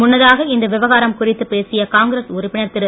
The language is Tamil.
முன்னதாக இந்த விவகாரம் குறித்து பேசிய காங்கிரஸ் உறுப்பினர் திரு